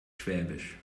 schwäbisch